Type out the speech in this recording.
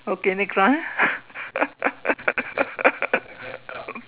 okay next one